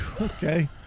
Okay